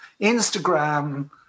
Instagram